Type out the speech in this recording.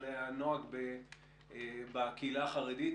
על הנוהג בקהילה החרדית,